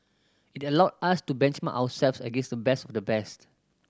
it allowed us to benchmark ourselves against the best of the best